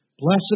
Blessed